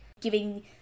giving